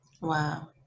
Wow